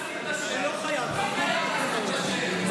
הוא לא חייב להזכיר את השם.